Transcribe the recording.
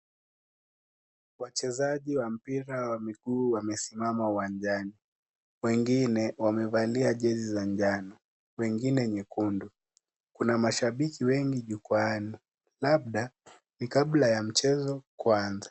Wachezaji wa mpira wa mguu wamesimama uwanjani. Wengine wamevalia jezi za njano, wengine nyekundu. Kuna mashabiki wengine jukwani, labda ni kabla ya mchezo kuanza.